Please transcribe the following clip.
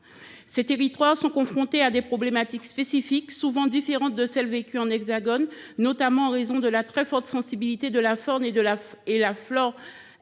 Ces territoires sont confrontés à des problématiques spécifiques, souvent différentes de celles vécues dans l’Hexagone, notamment en raison de la très forte sensibilité de la faune et la flore